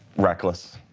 reckless.